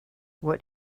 what